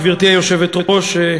גברתי היושבת-ראש,